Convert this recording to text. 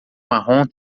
marrom